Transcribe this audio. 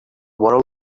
world